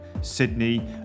Sydney